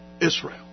Israel